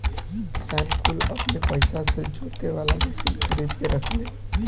किसान कुल अपने पइसा से जोते वाला मशीन खरीद के रखेलन